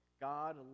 God